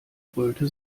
grölte